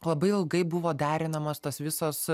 labai ilgai buvo derinamos tos visos